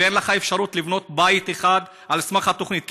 ואין לך אפשרות לבנות בית אחד על סמך התוכנית,